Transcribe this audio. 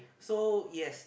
so yes